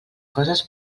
coses